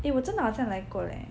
eh 我真的好想来过耶